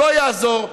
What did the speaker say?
לא יעזור,